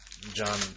John